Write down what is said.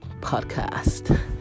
podcast